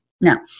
Now